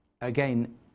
again